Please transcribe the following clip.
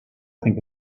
think